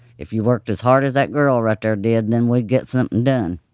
if you worked as hard as that girl right there did, then we'd get something done.